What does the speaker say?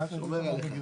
שומר עליך.